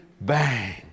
bang